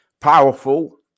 powerful